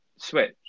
Switch